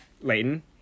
Leighton